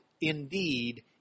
indeed